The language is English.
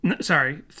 sorry